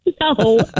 no